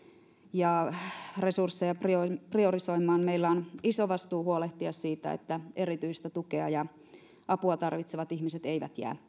ja resursseja priorisoimaan meillä on iso vastuu huolehtia siitä että erityistä tukea ja apua tarvitsevat ihmiset eivät jää